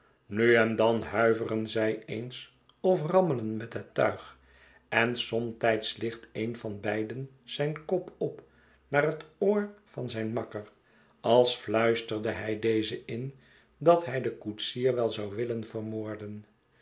nu en dan huiveren zij eens of rammelen met het tuig en somtijds licht een vanbeiden zijn kop op naar het oor van zijn makker als tluisterde hij dezen in dat hij den koetsier wel zou willen vermoorden